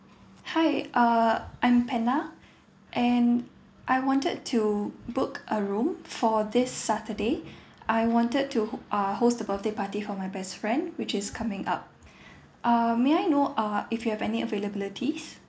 hi err I'm pena and I wanted to book a room for this saturday I wanted to uh host the birthday party for my best friend which is coming up err may I know err if you have any availabilities